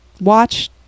watch